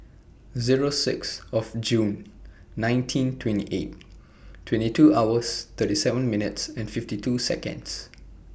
Zero six of June nineteen twenty eight twenty two hours thirty seven minutes fifty two Seconds